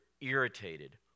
irritated